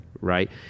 right